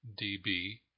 dB